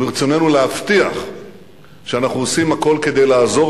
וברצוננו להבטיח שאנחנו עושים הכול כדי לעזור